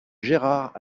gérard